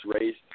raised